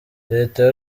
leta